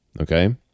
Okay